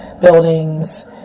buildings